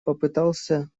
попытался